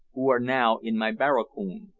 who are now in my barracoon,